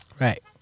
Right